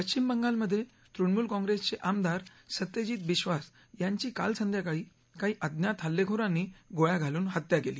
पश्चिम बंगालमध्ये तृणमूल काँग्रेसचे आमदार सत्यजीत बिश्वास यांची काल संध्याकाळी काही अज्ञात हल्लेखोरांनी गोळ्या घालून हत्या केली